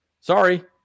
sorry